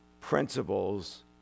Principles